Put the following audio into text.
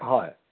হয়